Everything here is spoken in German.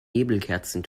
nebelkerzen